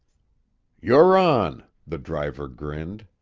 you're on! the driver grinned.